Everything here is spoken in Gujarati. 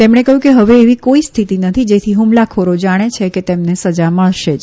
તેમણે કહયું કે હવે એવી કોઈ હ્ય્થતિ નથી જેથી હ્મલાખોરો જાણે છે કે તેમને સજા મળશે જ